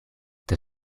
the